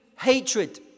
hatred